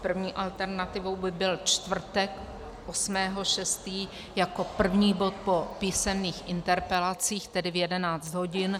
První alternativou by byl čtvrtek 8. 6. jako první bod po písemných interpelacích, tedy v 11 hodin.